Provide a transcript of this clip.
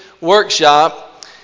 Workshop